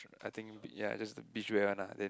I think yea just the beach wear one lah then